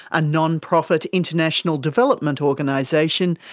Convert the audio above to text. a non-profit international development organisation,